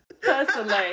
personally